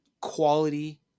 quality